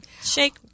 Shake